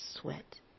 sweat